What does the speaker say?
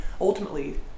ultimately